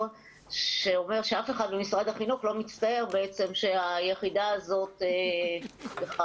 שאומר שאף אחד במשרד החינוך לא מצטער שהיחידה הזאת הועברה.